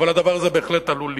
אבל הדבר הזה בהחלט עלול לקרות.